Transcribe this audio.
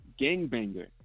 Gangbanger